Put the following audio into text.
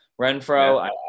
Renfro